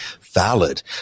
valid